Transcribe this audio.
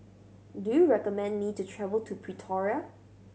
do you recommend me to travel to Pretoria